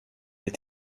est